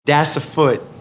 das a foot.